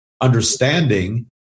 understanding